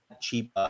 cheap